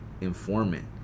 informant